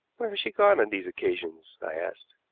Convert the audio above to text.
where has she gone on these occasions? i asked.